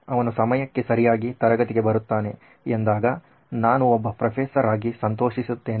ಅವನು ಸಮಯಕ್ಕೆ ಸರಿಯಾಗಿ ತರಗತಿಗೆ ಬರುತ್ತಾನೆ ಎಂದಾಗ ನಾನು ಒಬ್ಬ ಪ್ರೊಫೆಸರ್ ಆಗಿ ಸಂತೋಷಿಸುತ್ತೇನೆ